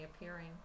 appearing